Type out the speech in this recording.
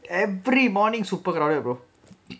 every morning super crowded brother